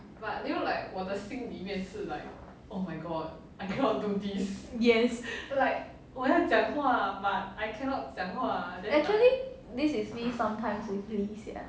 yes actually this is me sometimes with lee sia